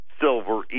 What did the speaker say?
Silver